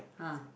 ah